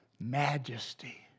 majesty